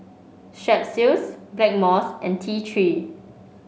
Strepsils Blackmores and T Three